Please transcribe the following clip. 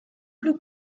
plus